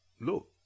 look